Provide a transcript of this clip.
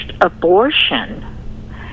abortion